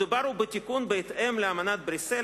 מדובר בתיקון בהתאם לאמנת בריסל,